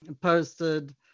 posted